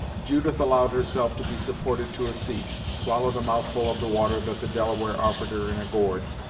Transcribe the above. judith allowed herself to be supported to a seat, swallowed a mouthful of the water that the delaware offered her in a gourd,